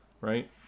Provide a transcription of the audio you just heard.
right